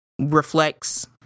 reflects